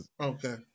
okay